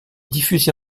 diffusée